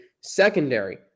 secondary